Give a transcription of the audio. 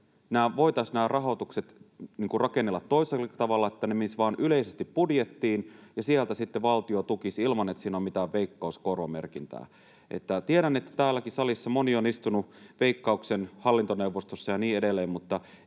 voitaisiin niin kuin rakennella toisellakin tavalla, että ne menisivät vain yleisesti budjettiin ja sieltä sitten valtio tukisi ilman, että siinä on mitään Veikkaus-korvamerkintää. Tiedän, että täälläkin salissa moni on istunut Veikkauksen hallintoneuvostossa ja niin edelleen,